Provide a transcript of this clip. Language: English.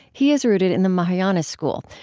he is rooted in the mahajana school,